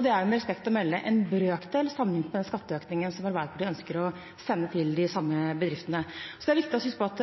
Det er med respekt å melde en brøkdel sammenliknet med den skatteøkningen som Arbeiderpartiet ønsker å sende til de samme bedriftene. Det er viktig å huske på at